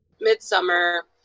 Midsummer